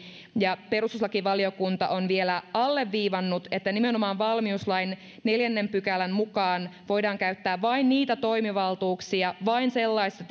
ja perustuslakivaliokunta on vielä alleviivannut että nimenomaan valmiuslain neljännen pykälän mukaan voidaan käyttää niitä toimivaltuuksia vain sellaisissa